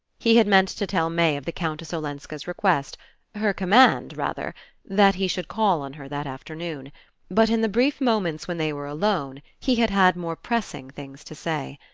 he had meant to tell may of the countess olenska's request her command, rather that he should call on her that afternoon but in the brief moments when they were alone he had had more pressing things to say.